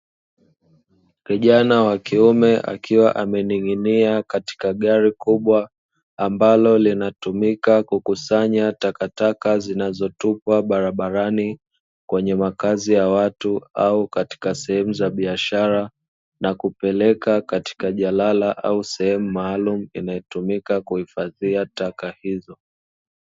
Kijana wa kiume, akiwa amening’inia katika gari kubwa ambalo linatumika kukusanya takataka zinazotupwa barabarani kwenye makazi ya watu au katika sehemu za biashara, na kupeleka katika jalala au sehemu maalumu inayotumika kuhifadhia taka hizo.